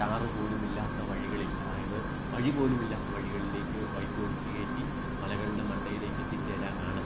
tar പോലും ഇല്ലാത്ത വഴികളിൽ അതായത് വഴിപോലും ഇല്ലാത്ത വഴികളിലേക്ക് ബൈക്ക് ഓടിച്ചുകയറ്റി മലകളുടെ മണ്ടയിലേക്ക് എത്തിച്ചേരാനാണ്